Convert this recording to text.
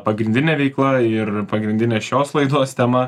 pagrindinė veikla ir pagrindinė šios laidos tema